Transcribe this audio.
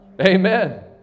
Amen